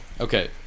okay